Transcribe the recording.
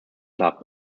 club